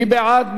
מי בעד?